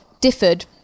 differed